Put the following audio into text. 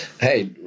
hey